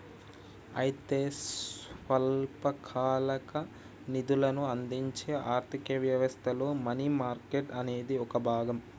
అయితే స్వల్పకాలిక నిధులను అందించే ఆర్థిక వ్యవస్థలో మనీ మార్కెట్ అనేది ఒక భాగం